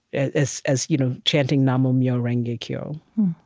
as as you know chanting nam-myoho-renge-kyo.